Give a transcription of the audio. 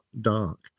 dark